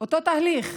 אותו תהליך: